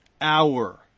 hour